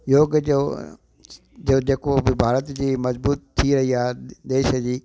योग जो जो जेको बि भारत जी मजबूत थी वई आहे देश जी